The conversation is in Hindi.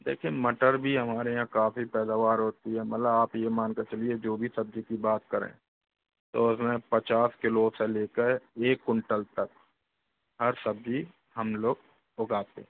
देखिये मटर भी हमारे यहाँ काफ़ी पैदावार होती है मला आप ये मान कर चलिए जो भी सब्जी की बात करें तो उसमें पचास किलो से लेकर एक कुंटल तक हर सब्जी हम लोग उगाते